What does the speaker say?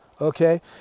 okay